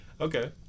Okay